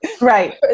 Right